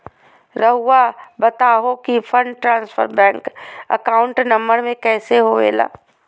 रहुआ बताहो कि fund transfer bank account number में कैसे होबेला?